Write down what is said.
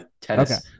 tennis